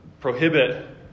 Prohibit